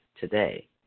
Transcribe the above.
today